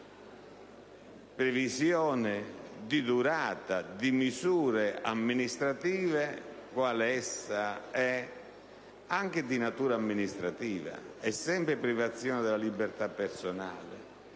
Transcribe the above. previsione di durata di misure amministrative, quale essa è. Anche se di natura amministrativa, è sempre privazione della libertà personale,